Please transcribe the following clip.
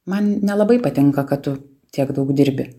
man nelabai patinka kad tu tiek daug dirbi